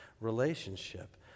relationship